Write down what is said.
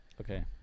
okay